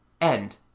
End